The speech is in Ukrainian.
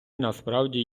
насправді